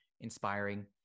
inspiring